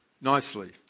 nicely